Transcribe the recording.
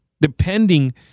depending